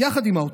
יחד עם האוצר.